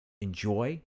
enjoy